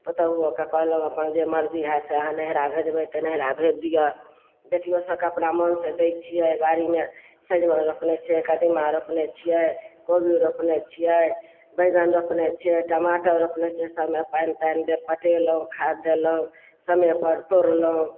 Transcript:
पुतोहूओके कहलहुँ अपन जे मर्जी हइ से अहाँ नहिरा भेजबय तऽ नहिरा भेज दिअ बेटियो सबके अपना मोनसँ दै छियै बाड़ीमे सजमनि रोपने छियै कदीमा रोपने छियै कोबी रोपने छियै बैंगन रोपने छियै टमाटर रोपने छियै सबमे पानि तानि पटेलहुँ खाद देलहुँ समयपर तोड़लहुँ